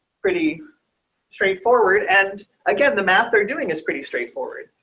pretty straightforward. and again, the math are doing is pretty straightforward,